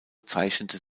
zeichnete